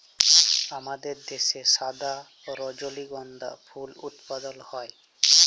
আমাদের দ্যাশে সাদা রজলিগন্ধা ফুল উৎপাদল হ্যয়